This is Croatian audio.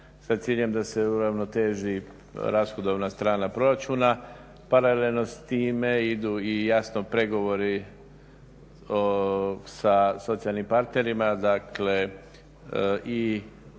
sa ciljem da se uravnoteži rashodovna strana proračuna, paralelno s time idu i jasno pregovori sa socijalnim partnerima, dakle i